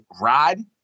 ride